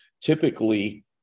Typically